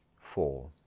four